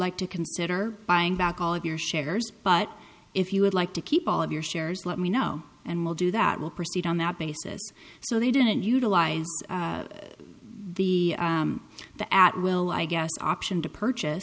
like to consider buying back all of your shares but if you would like to keep all of your shares let me know and we'll do that will proceed on that basis so they didn't utilize the the at will i guess option to purchase